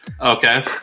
Okay